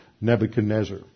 Nebuchadnezzar